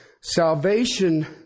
salvation